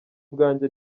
ubwanjye